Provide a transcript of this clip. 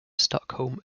stockholm